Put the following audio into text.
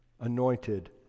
anointed